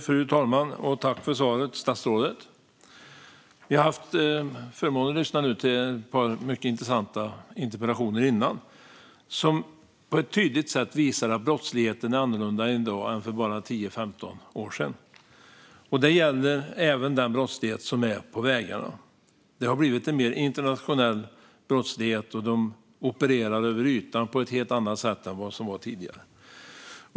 Fru talman! Tack för svaret, statsrådet! Jag har haft förmånen att lyssna till ett par mycket intressanta interpellationsdebatter före den här. De visar på ett tydligt sätt att brottsligheten är annorlunda i dag än för bara 10-15 år sedan. Det gäller även brottsligheten på vägarna. Det har blivit mer internationell brottslighet, och man opererar över ytan på ett helt annat sätt än tidigare.